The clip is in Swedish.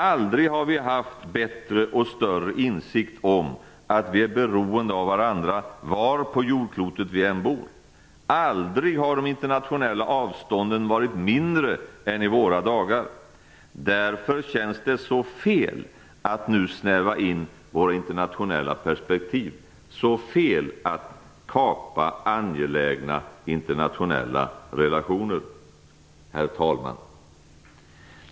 Aldrig har vi haft bättre och större insikt om att vi är beroende av varandra var på jordklotet vi än bor, aldrig har de internationella avstånden varit mindre än i våra dagar. Därför känns det så fel att nu snäva in våra internationella perspektiv, så fel att kapa angelägna internationella relationer. Herr talman!